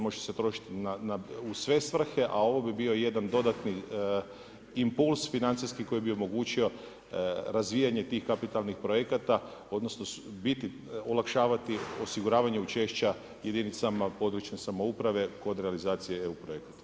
Može se trošiti u sve svrhe, a ovo bi bio jedan dodatni impuls financijski, koji bi omogućio razvijanje tih kapitalnih projekata, odnosno, olakšavati osiguravanjem češća jedinicama područne samouprave kod realizacije EU projekta.